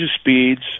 speeds